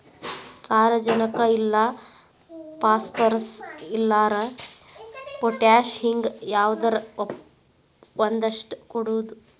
ಸಾರಜನಕ ಇಲ್ಲಾರ ಪಾಸ್ಪರಸ್, ಇಲ್ಲಾರ ಪೊಟ್ಯಾಶ ಹಿಂಗ ಯಾವದರ ಒಂದಷ್ಟ ಕೊಡುದು